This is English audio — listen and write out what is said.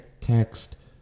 text